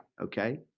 Okay